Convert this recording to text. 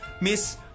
Miss